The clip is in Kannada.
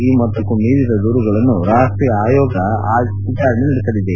ಈ ಮೊತ್ತಕ್ಕೂ ಮೀರಿದ ದೂರುಗಳನ್ನು ರಾಷ್ಟೀಯ ಆಯೋಗ ವಿಚಾರಣೆ ನಡೆಸಲಿದೆ